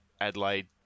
Adelaide